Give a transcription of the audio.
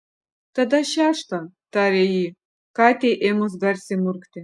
tada šeštą tarė ji katei ėmus garsiai murkti